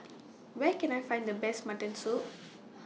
Where Can I Find The Best Mutton Soup